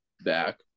back